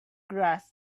grass